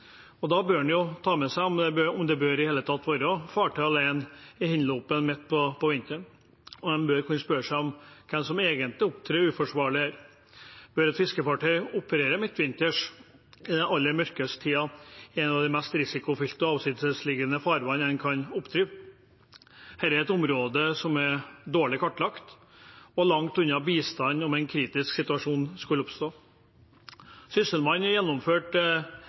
Og da bør en ta med seg om det i det hele tatt bør være fartøy alene i Hinlopen midt på vinteren, og en bør kunne spørre hvem som egentlig opptrer uforsvarlig her. Bør et fiskefartøy operere midtvinters, i den aller mørkeste tiden, i et av de mest risikofylte og avsidesliggende farvannene en kan oppdrive? Dette er et område som er dårlig kartlagt og langt unna bistand om en kritisk situasjon skulle oppstå. Sysselmannen